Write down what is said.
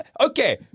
Okay